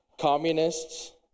communists